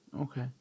okay